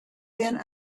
been